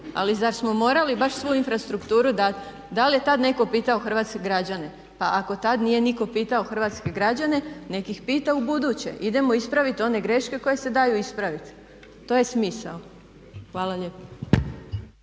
ali zar smo morali baš svu infrastrukturu dat? Da li je tad netko pitao hrvatske građane, pa ako tad nije nitko pitao hrvatske građene, nek ih pita ubuduće. Idemo ispravit one greške koje se daju ispravit. To je smisao. Hvala lijepa.